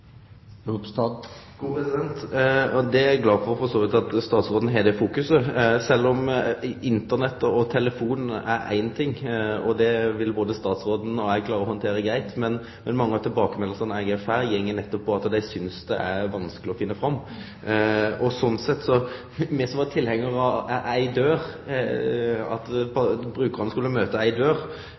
er for så vidt glad for at statsråden har det fokuset. Internett og telefon er ein ting, og det vil både statsråden og eg klare å handtere greitt, men mange av tilbakemeldingane eg har fått, går nettopp på at ein synest det er vanskeleg å finne fram. Me var tilhengarar av at brukarane skulle møte éi dør,